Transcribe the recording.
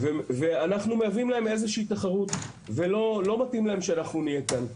ואנחנו מהווים להן איזושהי תחרות ולא מתאים להן אנחנו נהיה כאן.